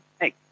hey